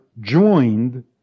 joined